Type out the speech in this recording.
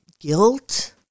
guilt